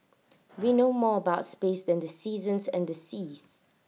we know more about space than the seasons and the seas